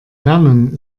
lernen